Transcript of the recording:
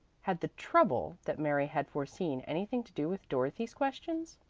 had the trouble that mary had foreseen anything to do with dorothy's questions?